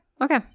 okay